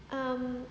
um